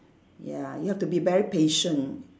ya you have to be very patient